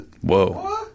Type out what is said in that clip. Whoa